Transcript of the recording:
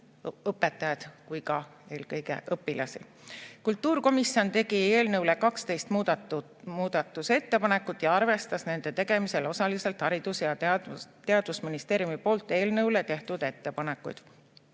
õpetajaid kui ka eelkõige õpilasi. Kultuurikomisjon tegi eelnõu kohta 12 muudatusettepanekut ja arvestas nende tegemisel osaliselt Haridus‑ ja Teadusministeeriumi poolt eelnõu kohta tehtud ettepanekuid.